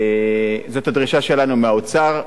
זאת הדרישה שלנו מהאוצר.